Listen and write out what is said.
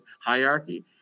hierarchy